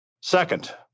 Second